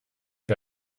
wir